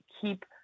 keep